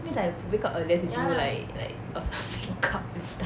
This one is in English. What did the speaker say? means I have to wake up earlier to go like like a cup